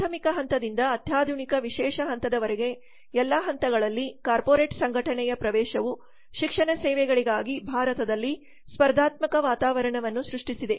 ಪ್ರಾಥಮಿಕ ಹಂತದಿಂದ ಅತ್ಯಾಧುನಿಕ ವಿಶೇಷ ಹಂತದವರೆಗೆ ಎಲ್ಲಾ ಹಂತಗಳಲ್ಲಿ ಕಾರ್ಪೊರೇಟ್ ಸಂಘಟನೆಯ ಪ್ರವೇಶವು ಶಿಕ್ಷಣ ಸೇವೆಗಳಿಗಾಗಿ ಭಾರತದಲ್ಲಿ ಸ್ಪರ್ಧಾತ್ಮಕ ವಾತಾವರಣವನ್ನು ಸೃಷ್ಟಿಸಿದೆ